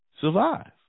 survive